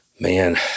man